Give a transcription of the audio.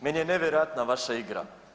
Meni je nevjerojatna vaša igra.